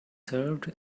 served